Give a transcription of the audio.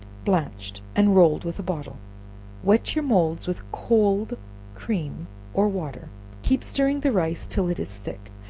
blanched, and rolled with a bottle wet your moulds with cold cream or water keep stirring the rice till it is thick,